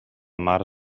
mar